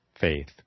faith